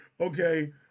Okay